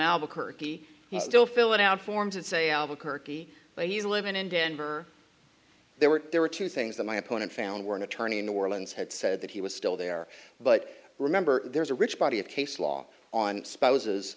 albuquerque and still filling out forms that say albuquerque but he's living in denver there were there were two things that my opponent found where an attorney in new orleans had said that he was still there but remember there's a rich body of case law on spouses